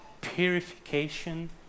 purification